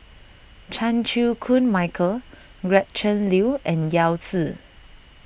Chan Chew Koon Michael Gretchen Liu and Yao Zi